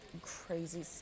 crazy